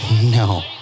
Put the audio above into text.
No